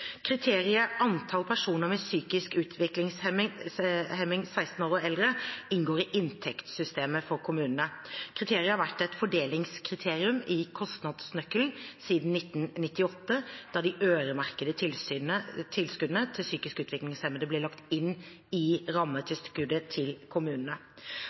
Kriteriet «antall personer med psykisk utviklingshemming 16 år og eldre» inngår i inntektssystemet for kommunene. Kriteriet har vært et fordelingskriterium i kostnadsnøkkelen siden 1998, da de øremerkede tilskuddene til psykisk utviklingshemmede ble lagt inn i rammetilskuddet til kommunene. Antall personer med psykisk utviklingshemming varierer til dels mye mellom kommunene,